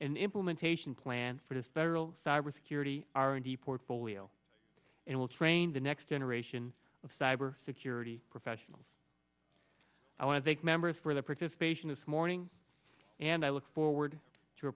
and implementation plan for the federal cybersecurity r and d portfolio and will train the next generation of cyber security professionals i want to take members for their participation this morning and i look forward to a